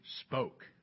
spoke